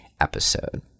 episode